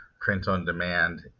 print-on-demand